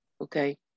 Okay